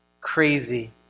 Crazy